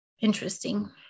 interesting